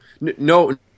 no